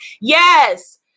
Yes